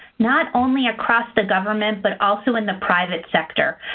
not only across the government, but also in the private sector.